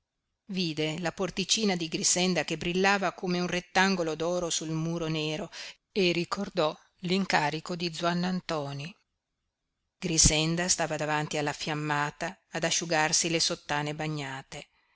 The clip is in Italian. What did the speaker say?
vide la porticina di grixenda che brillava come un rettangolo d'oro sul muro nero e ricordò l'incarico di zuannantoni grixenda stava davanti alla fiammata ad asciugarsi le sottane bagnate